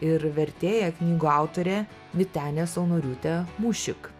ir vertėja knygų autorė vytenė saunoriūtė mūšik